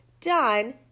done